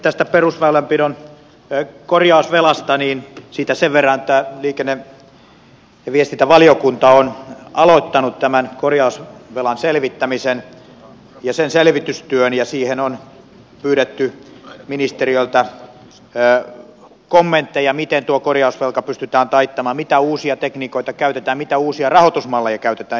tästä perusväylänpidon korjausvelasta sen verran että liikenne ja viestintävaliokunta on aloittanut tämän korjausvelan selvittämisen ja sen selvitystyön ja siihen on pyydetty ministeriöltä kommentteja miten tuo korjausvelka pystytään taittamaan mitä uusia tekniikoita käytetään ja mitä uusia rahoitusmalleja käytetään